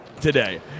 today